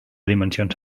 dimensions